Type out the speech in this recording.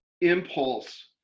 impulse